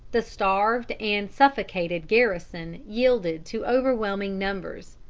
the starved and suffocated garrison yielded to overwhelming numbers.